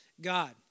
God